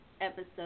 episode